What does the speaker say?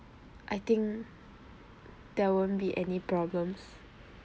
I think there won't be any problems